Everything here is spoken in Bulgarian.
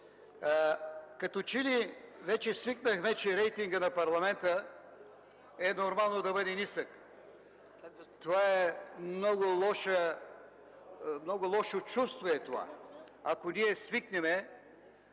Като че ли вече свикнахме, че рейтингът на парламента е нормално да бъде нисък. Това е много лошо чувство, ако ние свикнем.